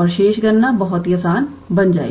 और शेष गणना बहुत ही असान बन जाएगी